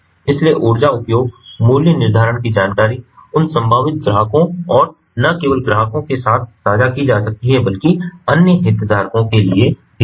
इसलिए ऊर्जा उपयोग मूल्य निर्धारण की जानकारी उन संभावित ग्राहकों और न केवल ग्राहकों के साथ साझा की जा सकती है बल्कि अन्य हितधारकों के लिए भी है